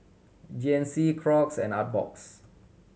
G N C Crocs and Artbox